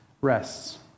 rests